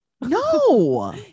No